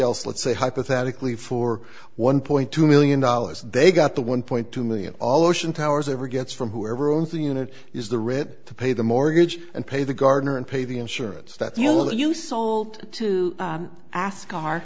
else let's say hypothetically for one point two million dollars they got the one point two million all ocean towers ever gets from whoever owns the unit is the writ to pay the mortgage and pay the gardener and pay the insurance that you